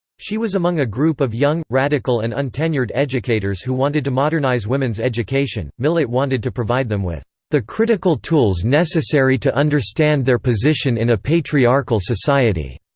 she was among a group of young, radical and untenured educators who wanted to modernize women's education millett wanted to provide them with the critical tools necessary to understand their position in a patriarchal society.